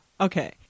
Okay